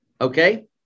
Okay